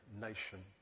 nation